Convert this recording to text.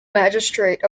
magistrate